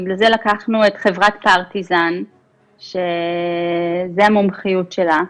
בגלל זה לקחנו את חברת פרטיזן שזו המומחיות שלה,